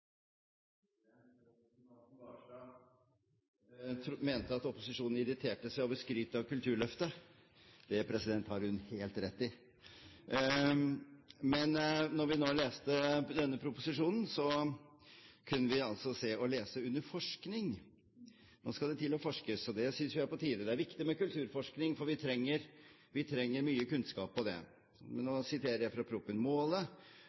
Barstad mente at opposisjonen irriterte seg over skryt av Kulturløftet. Det har hun helt rett i. Men da vi fikk denne proposisjonen, kunne vi under forskning lese at nå skal det forskes, og det synes vi er på tide. Det er viktig med kulturforskning, for vi trenger mye kunnskap om det.